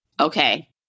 Okay